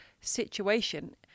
situation